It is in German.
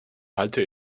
halte